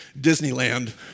Disneyland